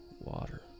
water